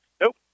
Nope